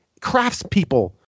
craftspeople